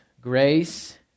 grace